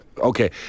Okay